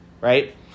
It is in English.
right